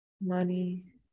Money